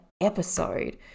episode